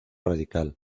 radical